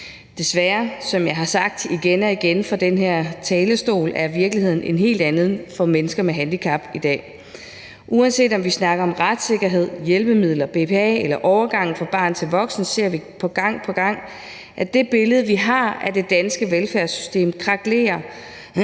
talerstol, er virkeligheden i dag en helt anden for mennesker med handicap. Uanset om vi snakker om retssikkerhed, hjælpemidler, BPA eller overgang fra barn til voksen, ser vi gang på gang, at det billede, vi har af det danske velfærdssystem, krakelerer,